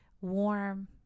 warm